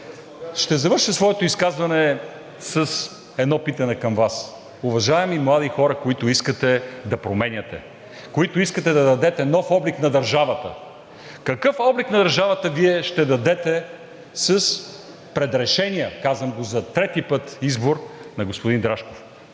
Ще завърша своето изказване с едно питане към Вас. Уважаеми млади хора, които искате да променяте, които искате да дадете нов облик на държавата, какъв облик на държавата Вие ще дадете с предрешения – казвам го за трети път – избор на господин Рашков?